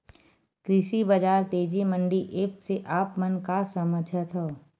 कृषि बजार तेजी मंडी एप्प से आप मन का समझथव?